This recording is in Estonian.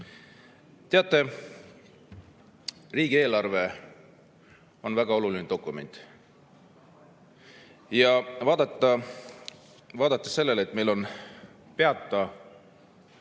Teate, riigieelarve on väga oluline dokument. Vaadates seda, et meil on peataoleku